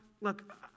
look